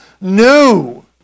new